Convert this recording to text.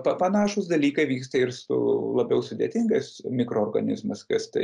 pa panašūs dalykai vyksta ir su labiai sudėtingais mikroorganizmas kas tai